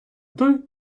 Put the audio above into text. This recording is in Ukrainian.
той